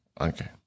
Okay